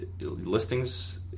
listings